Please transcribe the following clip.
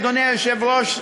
אדוני היושב-ראש,